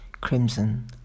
crimson